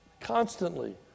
constantly